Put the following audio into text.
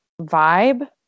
vibe